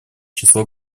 число